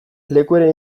lekueren